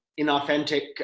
inauthentic